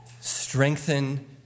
strengthen